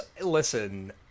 listen